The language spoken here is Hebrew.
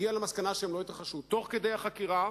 תוך כדי החקירה